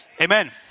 amen